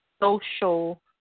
social